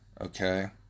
Okay